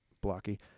blocky